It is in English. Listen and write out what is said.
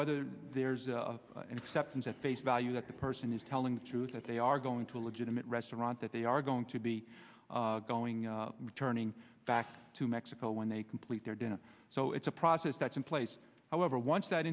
whether there's a and acceptance at face value that the person is telling the truth that they are going to a legitimate restaurant that they are going to be going to turning back to mexico when they complete their dinner so it's a process that's in place however once that